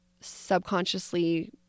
subconsciously